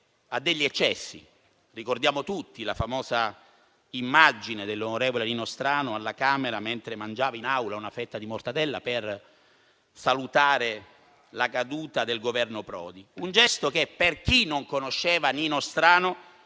a degli eccessi: ricordiamo tutti la famosa immagine del senatore Nino Strano al Senato mentre mangiava in Aula una fetta di mortadella per salutare la caduta del Governo Prodi, un gesto che per chi non conosceva Nino Strano